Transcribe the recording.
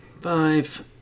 Five